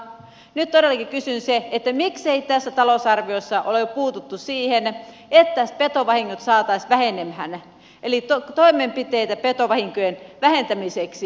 nyt todellakin kysyn sitä miksei tässä talousarviossa ole puututtu siihen että petovahingot saataisiin vähenemään eli toimenpiteitä petovahinkojen vähentämiseksi